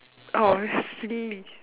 obviously